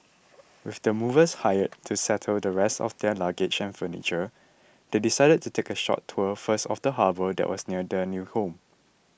with the movers hired to settle the rest of their luggage and furniture they decided to take a short tour first of the harbour that was near their new home